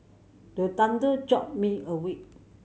the thunder jolt me awake